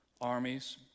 armies